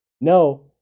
no